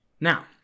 Now